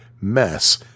Mess